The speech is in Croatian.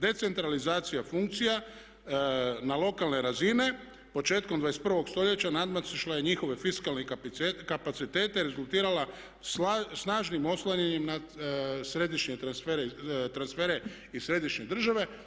Decentralizacija funkcija na lokalne razine početkom 21. stoljeća nadišla je njihove fiskalne kapacitete i rezultirala snažnim oslanjanjem na središnje transfere iz središnje države.